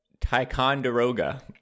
Ticonderoga